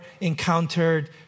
encountered